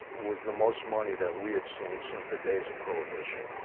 was the most money that we had seen since the days of prohibition?